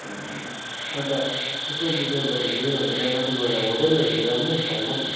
ए अन्त यसो विचार गर्दाखेरि अन्त त्यहाँमाथि गएर होटेलहरू त राम्रै छ होला नि